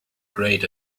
great